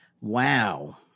Wow